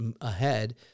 ahead